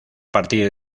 partir